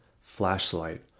flashlight